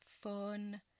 fun